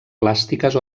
plàstiques